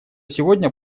сегодня